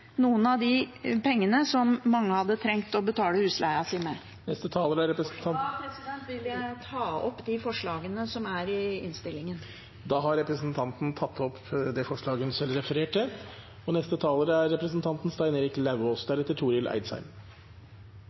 noen av de pengene mange hadde trengt å betale husleien sin med. Jeg vil ta opp de forslagene som er i innstillingen. Representanten Karin Andersen har tatt opp de forslagene hun refererte